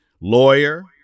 lawyer